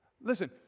Listen